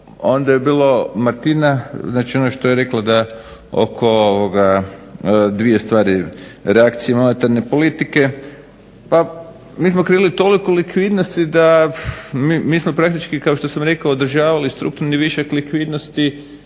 Onda je bilo Martina, ono što je rekla oko dvije stvari reakcije monetarne politike. Mi smo krenuli toliko likvidnosti, mi smo praktički što sam rekao održavali strukturni višak likvidnosti